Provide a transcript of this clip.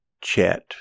chat